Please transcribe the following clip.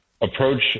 approach